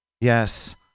Yes